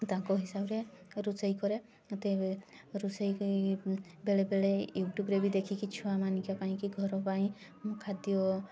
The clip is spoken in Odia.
ତାଙ୍କ ହିସାବରେ ରୋଷେଇ କରେ ମତେ ରୋଷେଇ କରି ବେଳେବେଳେ ୟୁଟ୍ୟୁବ୍ରେ ବି ଦେଖିକି ଛୁଆମାନିଙ୍କି ପାଇଁ ଘର ପାଇଁ ଖାଦ୍ୟ